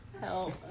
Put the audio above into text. Help